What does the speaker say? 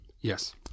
Yes